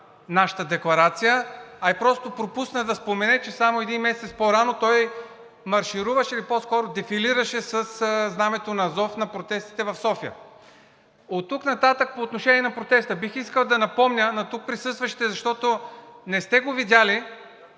нашата декларация, а и просто пропусна да спомене, че само един месец по-рано той маршируваше, или по-скоро дефилираше със знамето на „Азов“ на протестите в София. Оттук нататък по отношение на протеста бих искал да напомня на тук присъстващите, защото не сте го видели,